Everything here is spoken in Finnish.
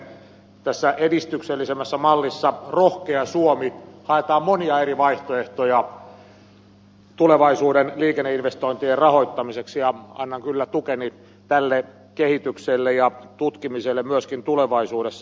tässä edistyksellisimmässä mallissa rohkea suomi haetaan monia eri vaihtoehtoja tulevaisuuden liikenneinvestointien rahoittamiseksi ja annan kyllä tukeni tälle kehitykselle ja tutkimiselle myöskin tulevaisuudessa